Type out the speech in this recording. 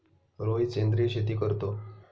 रोहित सेंद्रिय शेती करतो